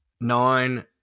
nine